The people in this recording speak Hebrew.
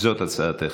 זו הצעתך.